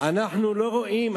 אנחנו לא רואים,